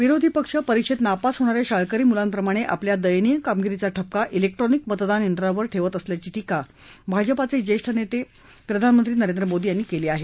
विरोधी पक्ष परीक्षेत नापास होणाऱ्या शाळकरी मुलांप्रमाणे आपल्या दयनीय कामगिरीचा ठपका लेक्ट्रानिक मतदान यंत्रावर ठेवत असल्याची टीका भाजपाचे ज्येष्ठ नेते प्रधानमंत्री नरेंद्र मोदी यांनी केली आहे